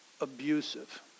abusive